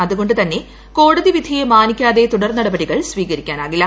അതു കൊണ്ടു തന്നെ കോടതി വിധിയെ മാനിക്കാതെ തുടർ നടപടികൾ സ്വീകരിക്കാനാകില്ല